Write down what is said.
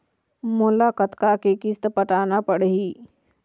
मोला कतका के किस्त पटाना पड़ही?